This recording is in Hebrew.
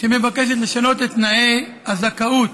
מבקשת לשנות את תנאי הזכאות